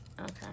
okay